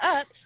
up